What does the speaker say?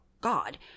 god